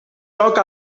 toc